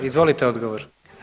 Izvolite odgovor.